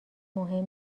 مهم